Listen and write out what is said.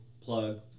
plug